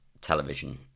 television